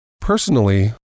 Personally